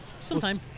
Sometime